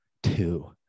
two